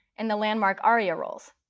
and the landmark aria roles.